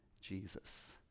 Jesus